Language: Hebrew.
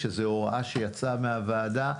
שזה הוראה שיצאה מהוועדה,